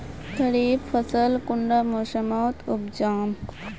खरीफ फसल कुंडा मोसमोत उपजाम?